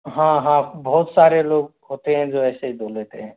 हाँ हाँ बहुत सारे लोग होते हैं जो ऐसे ही धो लेते हैं